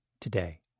today